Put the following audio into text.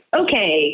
okay